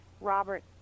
Robert